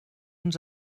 ens